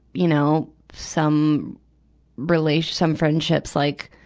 you know, some rela, some friendships like,